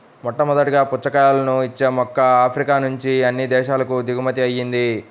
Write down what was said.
మొట్టమొదటగా పుచ్చకాయలను ఇచ్చే మొక్క ఆఫ్రికా నుంచి అన్ని దేశాలకు దిగుమతి అయ్యింది